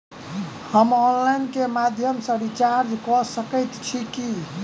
हम ऑनलाइन केँ माध्यम सँ रिचार्ज कऽ सकैत छी की?